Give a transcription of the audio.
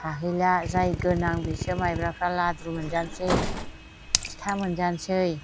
थाहैला जाय गोनां बिसोर माइब्राफ्रा लारु मोनजासै फिथा मोनजासै